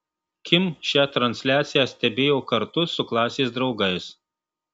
kim šią transliaciją stebėjo kartu su klasės draugais